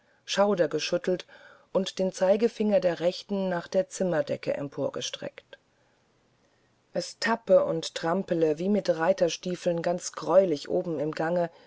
schaudergeschüttelt und den zeigefinger der rechten nach der zimmerdecke emporgereckt es tappe und trampele wie mit reiterstiefeln ganz greulich oben im gange